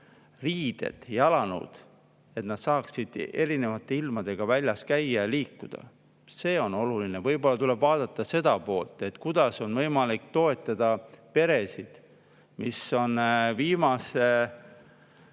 riided, jalanõud, et nad saaksid erinevate ilmadega väljas käia ja liikuda. See on oluline. Võib-olla tuleb vaadata seda poolt, et kuidas on võimalik toetada peresid, kes on viimase